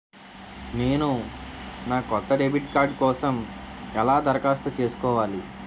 నేను నా కొత్త డెబిట్ కార్డ్ కోసం ఎలా దరఖాస్తు చేసుకోవాలి?